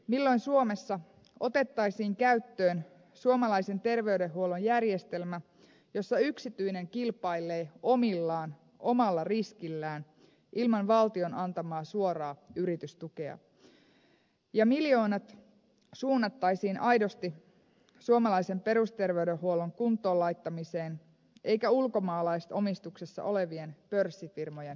milloin suomessa otettaisiin käyttöön suomalaisen terveydenhuollon järjestelmä jossa yksityinen kilpailee omalla riskillään ilman valtion antamaa suoraa yritystukea ja miljoonat suunnattaisiin aidosti suomalaisen perusterveydenhuollon kuntoon laittamiseen eikä ulkomaalaisomistuksessa olevien pörssifirmojen pönkittämiseen